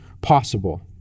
possible